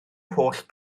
holl